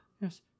Yes